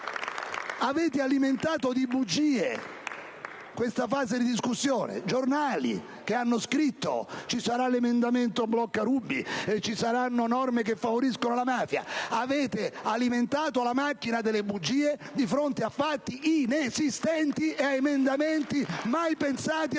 Avete alimentato di bugie questa fase di discussione; giornali che hanno scritto: ci sarà l'emendamento "blocca-Ruby", ci saranno norme che favoriscono la mafia. Avete alimentato la macchina delle bugie di fronte a fatti inesistenti e ad emendamenti mai pensati e mai